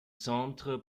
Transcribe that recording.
centre